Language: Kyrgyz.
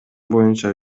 боюнча